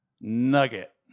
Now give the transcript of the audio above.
nugget